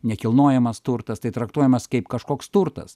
nekilnojamas turtas tai traktuojamas kaip kažkoks turtas